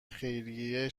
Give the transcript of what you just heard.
خیریه